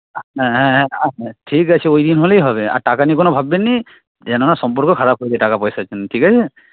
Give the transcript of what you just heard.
হ্যাঁ হ্যাঁ হ্যাঁ ঠিক আছে ওইদিন হলেই হবে আর টাকা নিয়ে কোন ভাববেন না যেন না সম্পর্ক খারাপ হয়ে যায় টাকা পয়সার জন্য ঠিক আছে